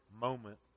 moment